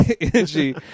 energy